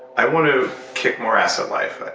i want to kick more ass at life.